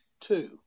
two